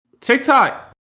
TikTok